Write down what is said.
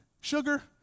sugar